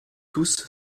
tous